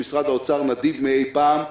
שמשרד האוצר נדיב מאי פעם.